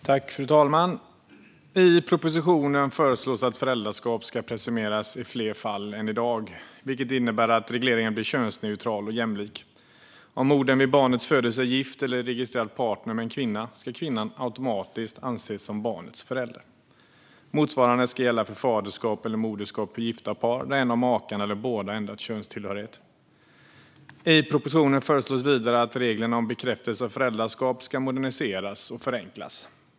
Fru talman! I propositionen föreslås att föräldraskap ska presumeras i fler fall än i dag, vilket innebär att regleringen blir könsneutral och jämlik. Om modern vid barnets födelse är gift eller registrerad partner med en kvinna ska kvinnan automatiskt anses som barnets förälder. Motsvarande ska gälla för faderskap eller moderskap för gifta par där en av makarna eller båda har ändrat könstillhörighet. I propositionen föreslås vidare att reglerna om bekräftelse av föräldraskap ska moderniseras och förenklas.